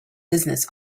business